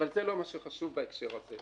אבל זה לא מה שחשוב בהקשר הזה.